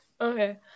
okay